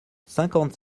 cinquante